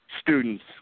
students